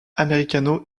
américano